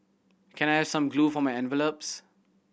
can I have some glue for my envelopes